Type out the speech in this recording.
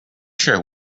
sure